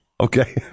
Okay